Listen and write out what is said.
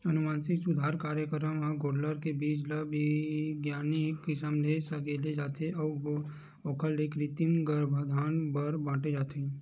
अनुवांसिक सुधार कारयकरम म गोल्लर के बीज ल बिग्यानिक किसम ले सकेले जाथे अउ ओखर ले कृतिम गरभधान बर बांटे जाथे